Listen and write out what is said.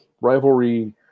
rivalry